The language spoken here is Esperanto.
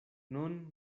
nun